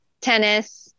tennis